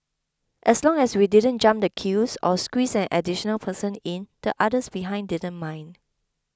as long as we didn't jump the queues or squeezed an additional person in the others behind didn't mind